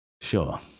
Sure